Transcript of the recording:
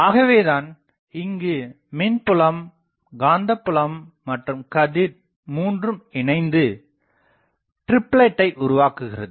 ஆகவேதான் இங்கு மின்புலம் காந்தப்புலம் மற்றும் கதிர் மூன்றும் இணைந்து டிரிப்லெட் ஐ உருவாக்குக்கிறது